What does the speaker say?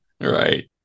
Right